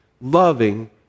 loving